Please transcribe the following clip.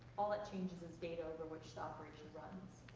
all that changes is data over which the operation runs.